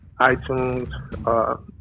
iTunes